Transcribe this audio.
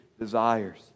desires